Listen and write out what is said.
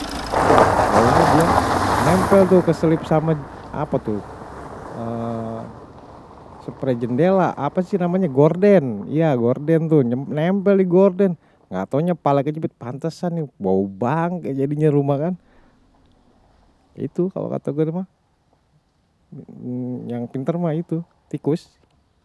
Nggak taunya dia nempel tuh keselip sama apa tuh sprei jendela. Apa sih namanya hordeng. Iya, hordeng tuh. Nempel nih hordeng. Nggak taunya, pala kejepit. Pantesan, bau bang. Kayak jadinya rumah kan. Itu kalau kata gue. Yang pintar mah itu. Tikus.